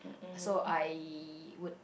so I would